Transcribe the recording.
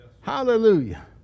Hallelujah